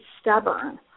stubborn